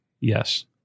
Yes